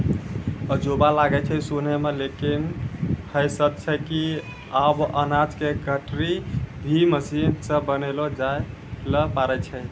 अजूबा लागै छै सुनै मॅ लेकिन है सच छै कि आबॅ अनाज के गठरी भी मशीन सॅ बनैलो जाय लॅ पारै छो